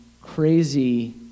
crazy